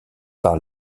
par